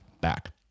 back